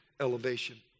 elevation